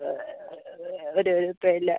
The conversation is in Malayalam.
അത് ഒരു തരില്ല